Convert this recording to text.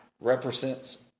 represents